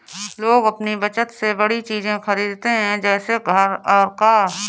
लोग अपनी बचत से बड़ी चीज़े खरीदते है जैसे घर और कार